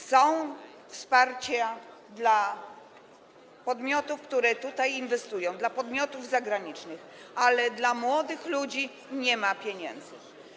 Są wsparcia dla podmiotów, które tutaj inwestują, dla podmiotów zagranicznych, ale dla młodych ludzi nie ma pieniędzy.